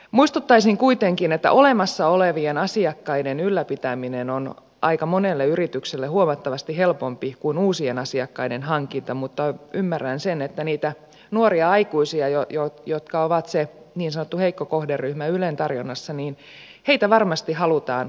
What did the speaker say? muistuttaisin kuitenkin että olemassa olevien asiakkaiden ylläpitäminen on aika monelle yritykselle huomattavasti helpompaa kuin uusien asiakkaiden hankinta mutta ymmärrän sen että niitä nuoria aikuisia jotka ovat se niin sanottu heikko kohderyhmä ylen tarjonnassa varmasti halutaan käyttäjiksi